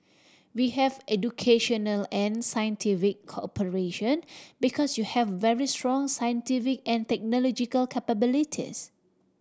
we have educational and cooperation because you have very strong scientific and technological capabilities